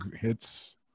hits